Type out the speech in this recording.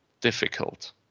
difficult